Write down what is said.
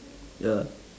ya lah